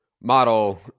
model